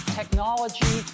technology